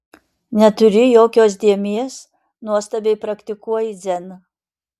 neturi jokios dėmės nuostabiai praktikuoji dzen